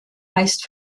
meist